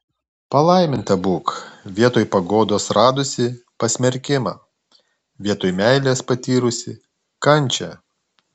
palaiminta būk vietoj paguodos radusi pasmerkimą vietoj meilės patyrusi kančią